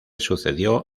sucedió